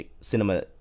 ...cinema